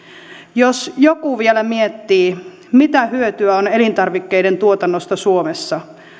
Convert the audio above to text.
jos joku vielä miettii mitä hyötyä on elintarvikkeiden tuotannosta suomessa